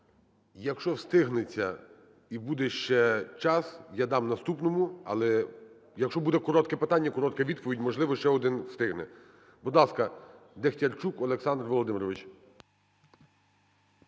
Якщовстигнеться і буде ще час, я дам наступному. Але… Якщо буде коротке питання, коротка відповідь, можливо, ще один встигне. Будь ласка, Дехтярчук Олександр Володимирович.